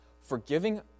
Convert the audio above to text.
Forgiving